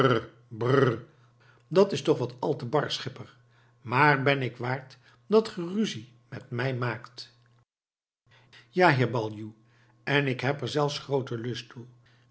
dat is toch wat al te bar schipper maar ben ik waard dat ge ruzie met mij maakt ja heer baljuw en ik heb er zelfs grooten lust toe